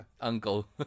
uncle